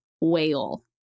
whale